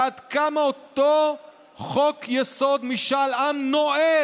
ועד כמה אותו חוק-יסוד: משאל עם נועל,